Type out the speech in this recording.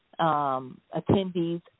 attendees